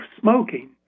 smoking